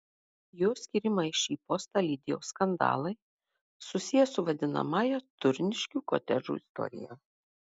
jo skyrimą į šį postą lydėjo skandalai susiję su vadinamąja turniškių kotedžų istorija